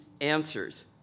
answers